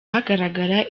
hagaragara